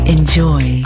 Enjoy